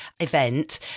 event